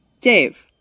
Dave